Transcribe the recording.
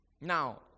Now